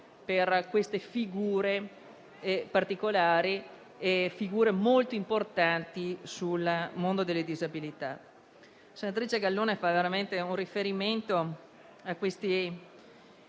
per queste figure particolari molto importanti nel mondo delle disabilità.